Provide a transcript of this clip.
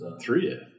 Three